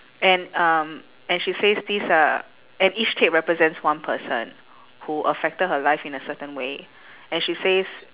and um and she says this uh and each tape represents one person who affected her life in a certain way and she says